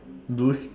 bruise